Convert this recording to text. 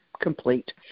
complete